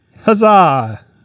Huzzah